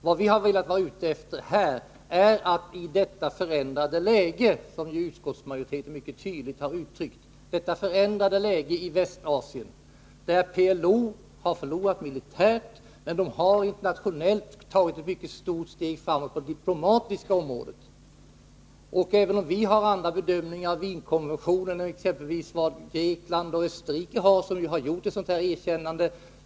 Vad vi har varit ute efter är att i det förändrade läge som nu råder i Västasien — utskottsmajoriteten har mycket tydligt uttryckt att så är förhållandet — där PLO har förlorat militärt men internationellt tagit ett mycket stort steg framåt på det diplomatiska området, vore det bra om även Sverige kunde erkänna PLO, även om Sverige gör andra bedömningar av Wienkonventionen än exempelvis Grekland och Österrike, som ju har erkänt PLO.